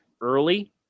early